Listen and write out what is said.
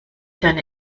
deine